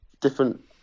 different